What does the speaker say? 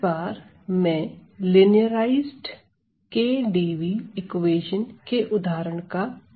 इस बार मैं लिनियराइज्ड KdV इक्वेशन के उदाहरण का परिचय दूंगा